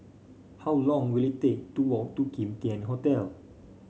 how long will it take to walk to Kim Tian Hotel